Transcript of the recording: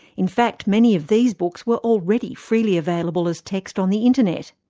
in fact, many of these books were already freely available as text on the internet.